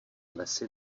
lesy